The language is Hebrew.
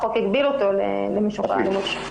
החוק הגביל אותו למשוחררי אלמ"ב.